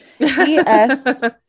E-S